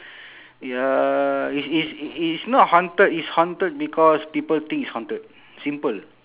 ya it's it's it's not haunted it's haunted because people think it's haunted simple